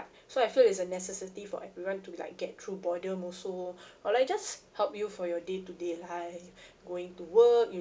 so I feel it's a necessity for everyone to like get through boredom also or like just help you for your day today life going to work